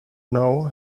know